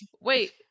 Wait